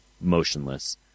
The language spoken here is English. motionless